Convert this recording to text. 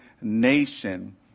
nation